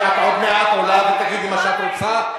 עוד מעט עולה ותגידי מה שאת רוצה.